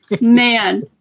Man